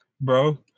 Bro